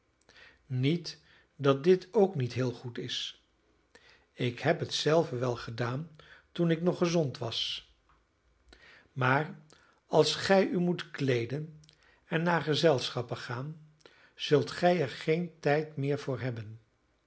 niet dat dit ook niet heel goed is ik heb het zelve wel gedaan toen ik nog gezond was maar als gij u moet kleeden en naar gezelschappen gaan zult gij er geen tijd meer voor hebben